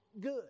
good